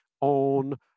on